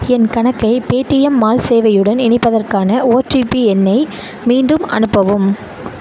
என் கணக்கை Paytm mall சேவையுடன் இணைப்பதற்கான ஓடிபி எண்ணை மீண்டும் அனுப்பவும்